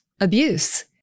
abuse